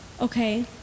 okay